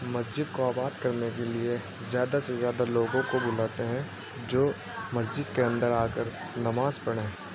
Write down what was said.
مسجد کو آباد کرنے کے لیے زیادہ سے زیادہ لوگوں کو بلاتے ہیں جو مسجد کے اندر آ کر نماز پڑھیں